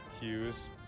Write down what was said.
Hughes